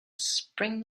spring